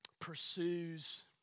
pursues